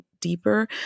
deeper